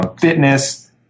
fitness